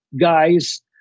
guys